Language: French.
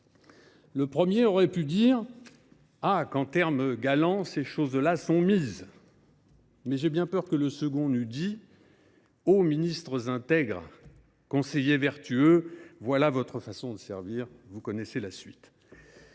Le Premier aurait pu dire :« Ah, qu’en termes galants, ces choses là sont mises !». Mais j’ai bien peur que le second eût dit :« Ô ministres intègres ! Conseillers vertueux ! Voilà votre façon de servir… ». Vous connaissez la suite !